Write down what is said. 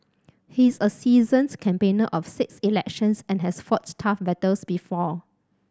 he is a seasoned campaigner of six elections and has fought tough battles before